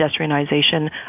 pedestrianization